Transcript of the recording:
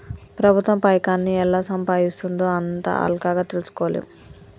ప్రభుత్వం పైకాన్ని ఎలా సంపాయిస్తుందో అంత అల్కగ తెల్సుకోలేం